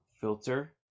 filter